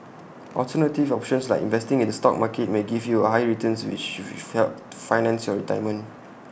alternative options like investing in the stock market may give you higher returns with which we fell finance your retirement